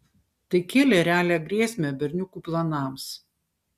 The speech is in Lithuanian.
tai kėlė realią grėsmę berniukų planams